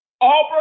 Auburn